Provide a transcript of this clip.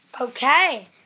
Okay